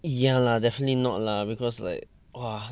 ya lah definitely not lah because like !wah!